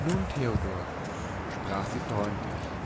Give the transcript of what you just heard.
nun theodor sprach sie freundlich